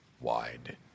wide